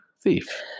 Thief